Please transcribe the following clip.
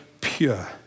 pure